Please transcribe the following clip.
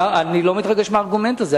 להשמיץ אני לא מתרגש מהארגומנט הזה.